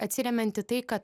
atsiremiant į tai kad